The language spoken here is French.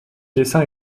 dessin